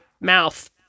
mouth